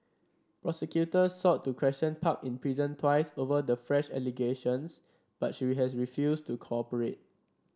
prosecutors sought to question park in prison twice over the fresh allegations but she has refused to cooperate